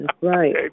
Right